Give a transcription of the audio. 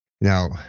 Now